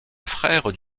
frère